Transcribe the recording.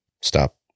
stop